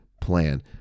plan